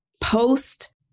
post